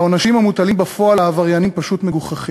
והעונשים המוטלים בפועל על העבריינים פשוט מגוחכים.